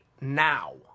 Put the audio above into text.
now